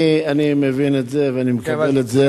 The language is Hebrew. אדוני השר, אני מבין את זה ואני מקבל את זה.